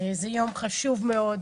זה יום חשוב מאוד,